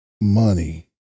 money